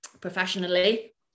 professionally